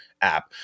app